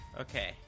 Okay